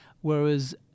whereas